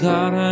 God